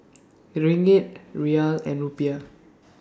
Ringgit Riyal and Rupiah